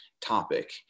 topic